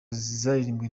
zaririmbwe